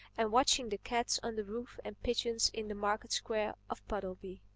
and watching the cats on the roofs and pigeons in the market-square of puddleby.